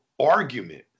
argument